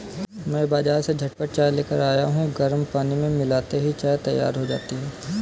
मैं बाजार से झटपट चाय लेकर आया हूं गर्म पानी में मिलाते ही चाय तैयार हो जाती है